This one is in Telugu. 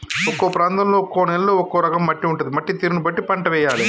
ఒక్కో ప్రాంతంలో ఒక్కో నేలలో ఒక్కో రకం మట్టి ఉంటది, మట్టి తీరును బట్టి పంట వేయాలే